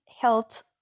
health